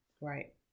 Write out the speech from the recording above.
right